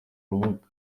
rubuga